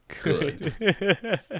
Good